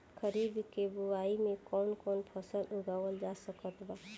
खरीब के बोआई मे कौन कौन फसल उगावाल जा सकत बा?